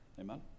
Amen